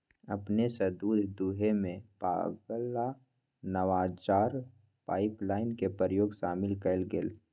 अपने स दूध दूहेमें पगला नवाचार पाइपलाइन के प्रयोग शामिल कएल गेल